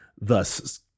thus